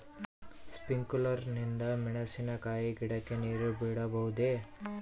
Sprinkler ನಿಂದ ಮೆಣಸಿನಕಾಯಿ ಗಿಡಕ್ಕೆ ನೇರು ಬಿಡಬಹುದೆ?